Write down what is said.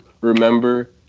remember